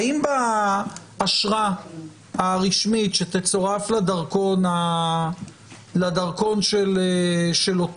האם באשרה הרשמית שתצורף לדרכון של אותו